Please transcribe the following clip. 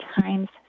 times